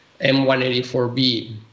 M184b